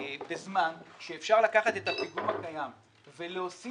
בזמן שאפשר לקחת את הפיגום הקיים ולהוסיף